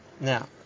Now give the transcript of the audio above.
Now